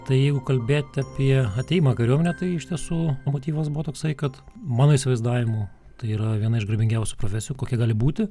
tai jeigu kalbėt apie atėjimą į kariuomenę tai iš tiesų motyvas buvo toksai kad mano įsivaizdavimu tai yra viena iš garbingiausių profesijų kokia gali būti